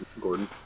Gordon